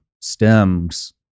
stems